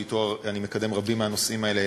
שאתו אני מקדם רבים מהנושאים האלה,